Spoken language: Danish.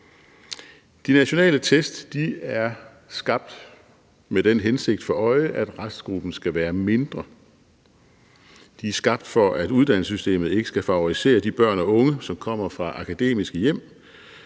De nationale test er skabt med den hensigt for øje, at restgruppen skal være mindre. De er skabt, for at uddannelsessystemet ikke skal favorisere de børn og unge, som kommer fra akademiske hjem,